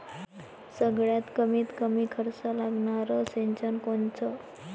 सगळ्यात कमीत कमी खर्च लागनारं सिंचन कोनचं?